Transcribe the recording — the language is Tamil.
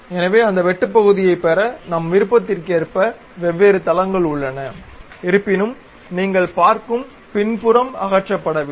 எனவே அந்த வெட்டுப்பகுதியைப் பெற நம் விருப்பதிற்க்கு ஏற்ப வெவ்வேறு தளங்கள் உள்ளன இருப்பினும் நீங்கள் பார்க்கும் பின்புறம் அகற்றப்படவில்லை